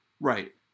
Right